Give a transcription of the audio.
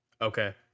Okay